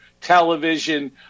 television